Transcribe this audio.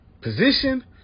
position